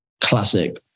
classic